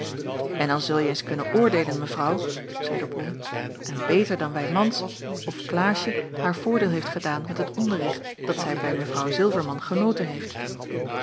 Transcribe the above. en dan zulje eens kunnen oordeelen mevrouw zeide bol en beter dan wij mans of klaasje haar voordeel heeft gedaan met het onderricht dat zij bij mw zilverman genoten heeft